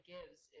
Gives